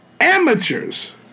amateurs